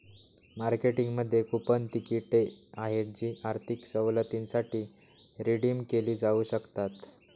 मार्केटिंगमध्ये कूपन तिकिटे आहेत जी आर्थिक सवलतींसाठी रिडीम केली जाऊ शकतात